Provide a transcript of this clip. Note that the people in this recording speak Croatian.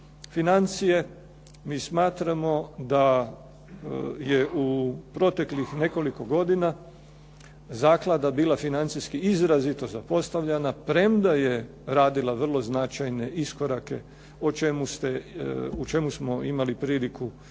financije mi smatramo da je u proteklih nekoliko godina zaklada bila financijski izrazito zapostavljena premda je radila vrlo značajne iskorake o čemu smo imali priliku raspravljati